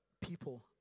people